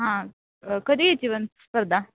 हां कधी घ्यायची पण स्पर्धा